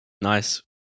Nice